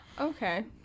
Okay